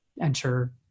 enter